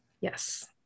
Yes